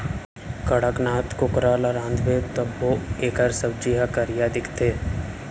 कड़कनाथ कुकरा ल रांधबे तभो एकर सब्जी ह करिया दिखथे